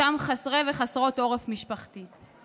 אותם חסרי וחסרות עורף משפחתי.